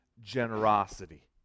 generosity